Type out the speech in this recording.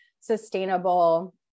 sustainable